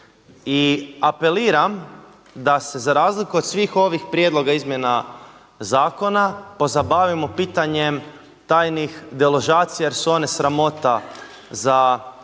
I apeliram da se za razliku od svih ovih prijedloga izmjena zakona pozabavimo pitanjem tajnih deložacija jer su one sramota za naše